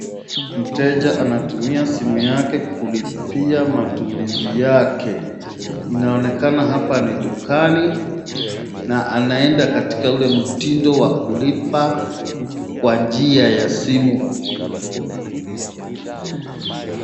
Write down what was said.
Mteja anatumia simu yake kulipia matumizi yake. Inaonekana hapa ni dukani na anaenda katika ule mtindo wa kulipa kwa njia ya simu.